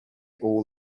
all